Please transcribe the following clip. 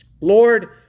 Lord